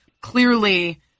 clearly